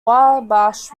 wabash